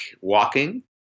walking